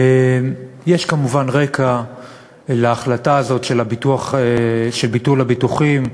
יש כמובן רקע להחלטה הזאת של ביטול הביטוחים.